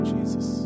Jesus